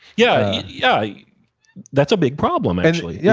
yeah yeah. that's a big problem, actually. yeah